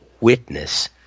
witness